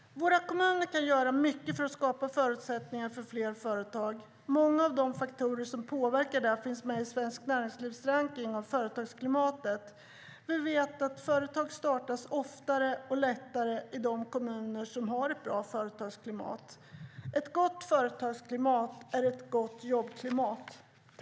Våra kommuner kan göra mycket för att skapa förutsättningar för fler företag. Många av dem faktorer som påverkar det finns med i Svenskt Näringslivs rankning av företagsklimatet. Vi vet att företag startas oftare och lättare i de kommuner som har ett bra företagsklimat. Ett gott företagsklimat är ett gott jobbklimat.